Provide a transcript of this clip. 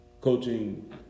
coaching